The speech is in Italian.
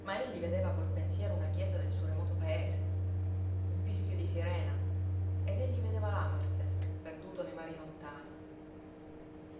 ma egli vedeva col pensiero una chiesa del suo remoto paese un fischio di sirena ed egli vedeva l'hammerfest perduto nei mari lontani